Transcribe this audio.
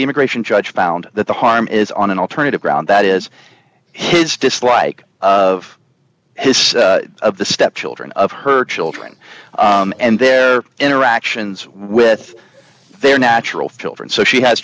the immigration judge found that the harm is on an alternative ground that is his dislike of his of the stepchildren of her children and their interactions with their natural filter and so she has